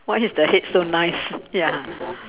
why is the head so nice ya